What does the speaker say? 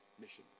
mission